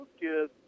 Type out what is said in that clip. kids